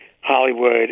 Hollywood